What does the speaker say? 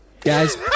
guys